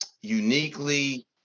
uniquely